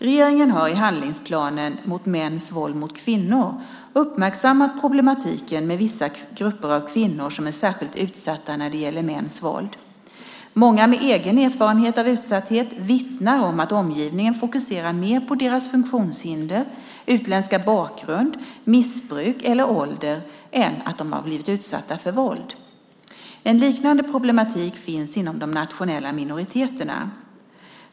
Regeringen har i handlingsplanen mot mäns våld mot kvinnor uppmärksammat problematiken med vissa grupper av kvinnor som är särskilt utsatta när det gäller mäns våld. Många med egen erfarenhet av utsatthet vittnar om att omgivningen fokuserar mer på deras funktionshinder, utländska bakgrund, missbruk eller ålder än på att de har blivit utsatta för våld. En liknande problematik finns inom de nationella minoriteterna.